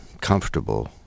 comfortable